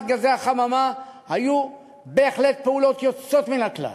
גזי החממה היו בהחלט פעולות יוצאות מן הכלל.